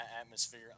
atmosphere